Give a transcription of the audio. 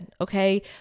okay